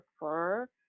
prefer